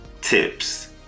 Tips